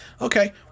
Okay